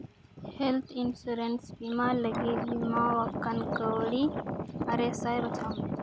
health insurance ᱵᱤᱢᱟ ᱞᱟᱹᱜᱤᱫ ᱵᱤᱢᱟᱣᱟᱠᱟᱱ ᱠᱟᱹᱣᱰᱤ ᱟᱨᱮ ᱥᱟᱭ ᱵᱟᱪᱷᱟᱣ ᱢᱮ